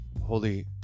Holy